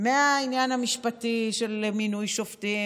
מהעניין המשפטי של מינוי שופטים